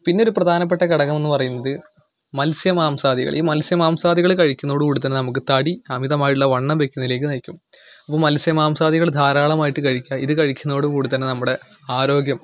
പിന്നെ ഒരു പ്രധാനപ്പെട്ട ഘടകമെന്ന് പറയുന്നത് മത്സ്യ മാംസാദികൾ ഈ മത്സ്യ മാംസാദികൾ കഴിക്കുന്നതോടുകൂടിതന്നെ നമുക്ക് തടി അമിതമായുള്ള വണ്ണം വയ്ക്കുന്നതിലേക്ക് നയിക്കും അപ്പം മത്സ്യ മാംസാദികൾ ധാരാളമായിട്ട് കഴിക്കുക ഇത് കഴിക്കുന്നതോടുകൂടി തന്നെ നമ്മുടെ ആരോഗ്യം